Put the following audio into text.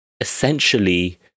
essentially